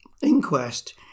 inquest